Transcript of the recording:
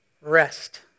rest